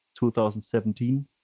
2017